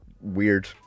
Weird